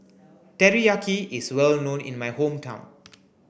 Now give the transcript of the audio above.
Teriyaki is well known in my hometown